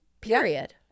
Period